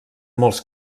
molts